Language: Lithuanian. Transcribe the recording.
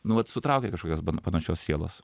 nu vat sutraukia kažkokias panašios sielos